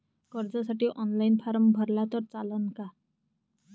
कर्जसाठी online form भरला तर चालन का?